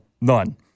None